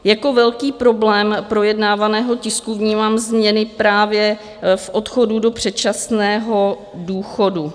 Jako velký problém projednávaného tisku vnímám změny právě v odchodu do předčasného důchodu.